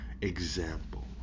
example